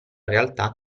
realtà